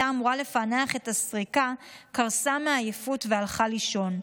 אמורה לפענח את הסריקה קרסה מעייפות והלכה לישון.